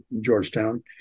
Georgetown